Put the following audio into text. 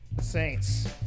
Saints